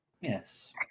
Yes